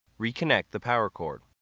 reconnect the power cord.